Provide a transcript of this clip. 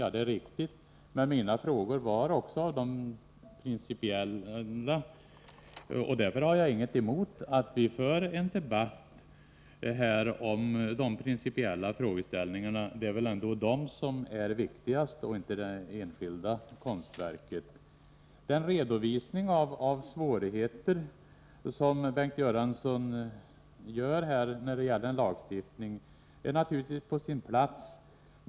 Ja, det är riktigt, men mina frågor var också principiella, och därför har jag inget emot att vi här för en debatt om de principiella frågeställningarna. Det är väl ändå dessa som är viktigast och inte det enskilda konstverket. Den redovisning av svårigheter när det gäller en lagstiftning som Bengt Göransson gör är naturligtvis på sin plats.